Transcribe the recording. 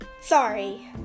sorry